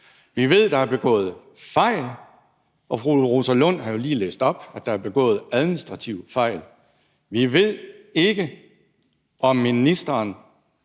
Vi ved, der er begået fejl, og fru Rosa Lund har jo lige læst op, at der er begået administrative fejl. Vi ved ikke, om ministeren